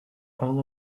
all